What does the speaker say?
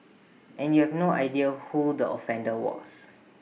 and you have no idea who the offender was